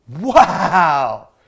Wow